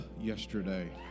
yesterday